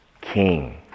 King